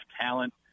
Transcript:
talent